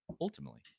ultimately